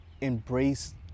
embrace